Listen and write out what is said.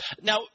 Now